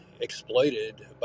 exploited